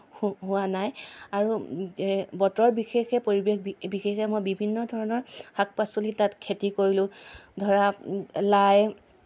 হো হোৱা নাই আৰু বতৰ বিশেষে পৰিৱেশ বিশেষে মই বিভিন্ন ধৰণৰ শাক পাচলি তাত খেতি কৰিলোঁ ধৰা লাই